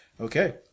Okay